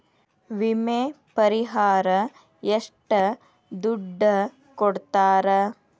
ವಿಮೆ ಪರಿಹಾರ ಎಷ್ಟ ದುಡ್ಡ ಕೊಡ್ತಾರ?